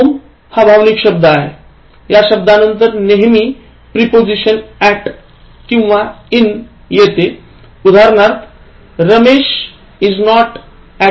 home हा भावनिक शब्द आहे या शब्दांनंतर नेहमी प्रेपोसझिशन at किंवा in येते उदाहरणार्थ Ramesh isn't at home now